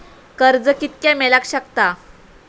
कर्ज कितक्या मेलाक शकता?